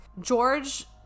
George